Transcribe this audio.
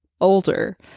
older